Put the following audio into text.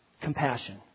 compassion